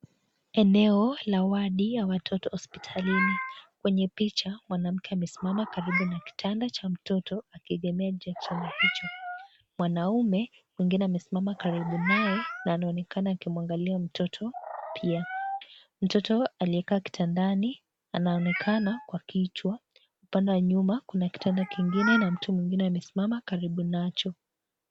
Eneo la wodi ya watoto hospitalini. Kwenye picha, mwanamke amesimama karibu na kitanda cha mtoto akiegemea juu ya kitanda hicho. Mwanaume mwingine amesimama karibu naye na anaonekana akimuangalia mtoto pia. Mtoto aliyekaa kitandani anaonekana kwa kichwa. Upande wa nyuma kuna kitanda kingine na mtu mwingine amesimama karibu nacho.